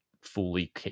fully